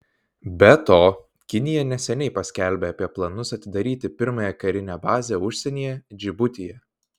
be to kinija neseniai paskelbė apie planus atidaryti pirmąją karinę bazę užsienyje džibutyje